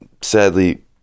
sadly